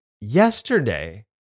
yesterday